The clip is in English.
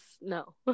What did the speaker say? no